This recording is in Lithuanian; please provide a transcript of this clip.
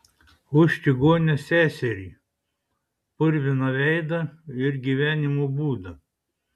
už čigonę seserį purviną veidą ir gyvenimo būdą